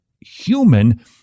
human